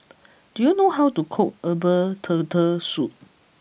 do you know how to cook Herbal Turtle Soup